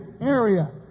area